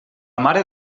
mare